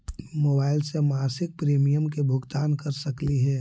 Mobile से मासिक premium के भुगतान कर सकली हे?